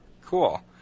Cool